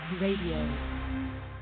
Radio